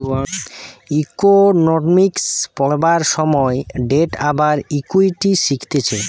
economics পড়বার সময় debt আর ইকুইটি শিখতিছে